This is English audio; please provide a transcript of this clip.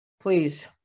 Please